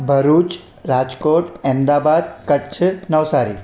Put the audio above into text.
Bharuch Rajkot Ahmedabad Kutch Navsari